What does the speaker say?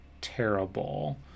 terrible